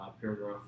paragraph